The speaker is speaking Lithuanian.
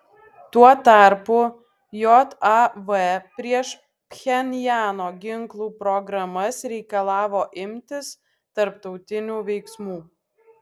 tuo tarpu jav prieš pchenjano ginklų programas reikalavo imtis tarptautinių veiksmų